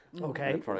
Okay